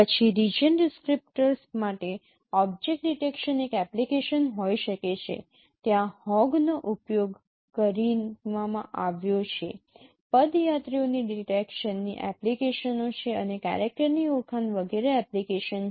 પછી region descriptor માટે object detection એક એપ્લિકેશન હોઈ શકે છે ત્યાં હોગનો ઉપયોગ કરવામાં આવી રહ્યો છે પદયાત્રીઓની ડિટેકશનની એપ્લિકેશનો છે અને કેરેક્ટરની ઓળખાણ વગેરે એપ્લિકેશન છે